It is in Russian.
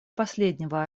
последнего